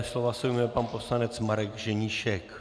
Slova se ujme pan poslanec Marek Ženíšek.